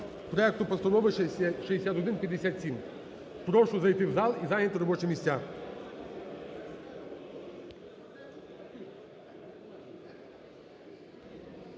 проект Постанови 6157. Прошу зайти у зал і зайняти робочі місця.